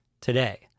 today